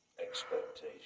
Expectation